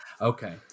Okay